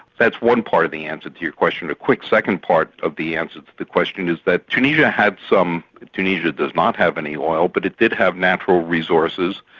that's one part of the answer to your question. the quick second part of the answer to the question is that tunisia had some tunisia does not have any oil, but it did have natural resources,